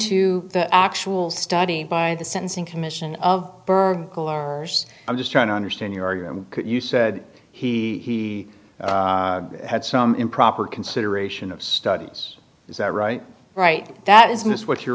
to the actual study by the sentencing commission of i'm just trying to understand your argument you said he had some improper consideration of studies is that right right that is miss what you're